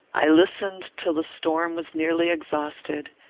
i listened till the storm was nearly exhausted,